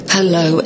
Hello